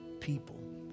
people